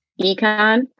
Econ